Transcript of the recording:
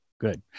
Good